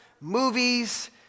movies